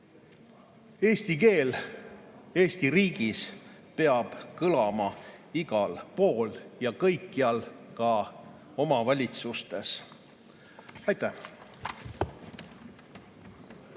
Eesti keel peab Eesti riigis kõlama igal pool ja kõikjal, ka omavalitsustes. Aitäh!